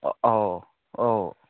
ꯑꯥꯎ ꯑꯥꯎ